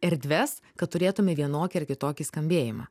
erdves kad turėtume vienokį ar kitokį skambėjimą